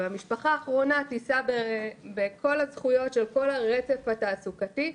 אבל המשפחה האחרונה תישא בכל הזכויות של כל הרצף התעסוקתי,